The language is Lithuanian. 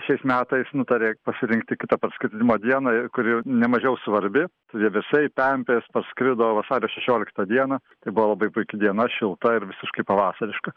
šiais metais nutarė pasirinkti kitą parskridimo dieną ir kuri nemažiau svarbi vieversiai pempės parskrido vasario šešioliktą dieną tai buvo labai puiki diena šilta ir visiškai pavasariška